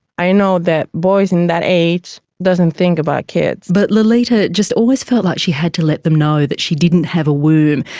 i know that boys and that age don't think about kids. but lolita just always felt like she had to let them know that she didn't have a womb,